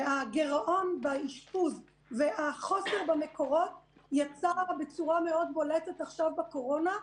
הגירעון באשפוז והחוסר במקורות יצא בצורה מאוד בולטת עכשיו בקורונה,